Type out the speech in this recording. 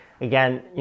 again